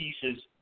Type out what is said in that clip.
pieces